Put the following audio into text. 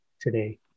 today